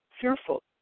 fearful